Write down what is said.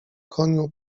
koniu